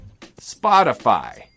Spotify